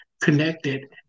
connected